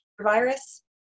virus